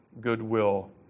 goodwill